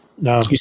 No